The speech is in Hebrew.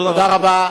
תודה רבה.